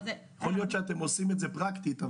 יכול להיות שאתם עושים את זה פרקטית,